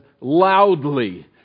loudly